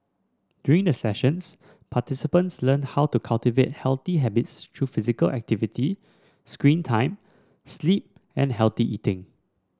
during the sessions participants learn how to cultivate healthy habits through physical activity screen time sleep and healthy eating